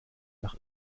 nach